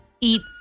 eat